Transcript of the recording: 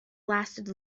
lasted